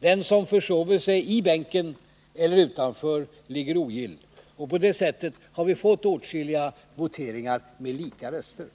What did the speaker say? Den som försover sig i bänken eller utanför ligger ogill. Så har vi fått åtskilliga fall av lika röstantal.